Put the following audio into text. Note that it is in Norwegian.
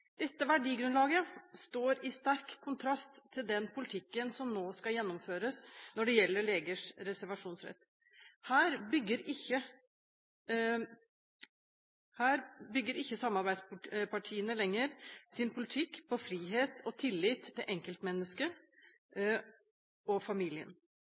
Dette verdigrunnlaget står i sterk kontrast til den politikken som nå skal gjennomføres når det gjelder legers reservasjonsrett. Her bygger ikke samarbeidspartiene lenger sin politikk på frihet og tillit til enkeltmennesket og familien.